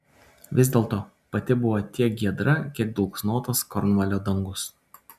vis dėlto pati buvo tiek giedra kiek dulksnotas kornvalio dangus